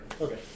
Okay